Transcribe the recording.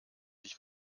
sich